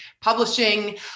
publishing